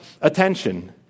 attention